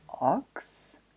Ox